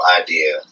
idea